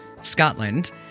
Scotland